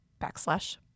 backslash